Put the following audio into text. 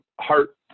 heart